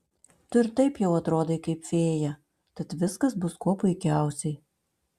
tu ir taip jau atrodai kaip fėja tad viskas bus kuo puikiausiai